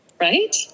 Right